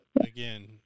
again